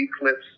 eclipse